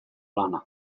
lanak